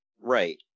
Right